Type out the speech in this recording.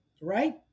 right